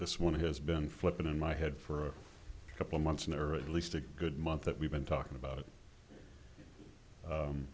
this one has been flipping in my head for a couple months and there are at least a good month that we've been talking about it